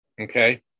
Okay